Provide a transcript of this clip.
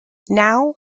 now